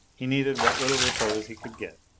he needed what little repose he could get.